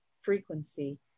frequency